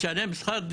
משלם שכר דירה.